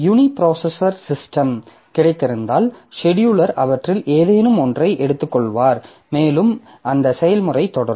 யூனி processor system கிடைத்திருந்தால் scheduler அவற்றில் ஏதேனும் ஒன்றை எடுத்துக்கொள்வார் மேலும் அந்த செயல்முறை தொடரும்